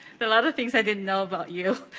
but lot of things i didn't know but you.